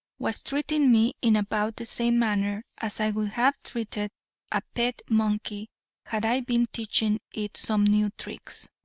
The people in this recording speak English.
was treating me in about the same manner as i would have treated a pet monkey had i been teaching it some new tricks.